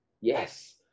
Yes